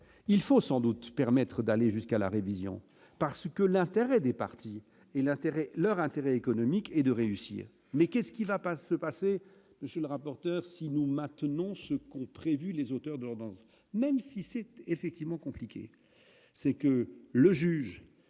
il faut sans doute permettre d'aller jusqu'à la révision parce que l'intérêt des parties et l'intérêt et leur intérêt économique et de réussir mais qu'est-ce qui va pas se passer, monsieur le rapporteur, sinon match. Non, ce qu'ont prévu les auteurs de la ambiance,